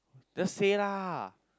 just say lah